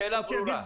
השאלה ברורה.